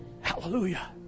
hallelujah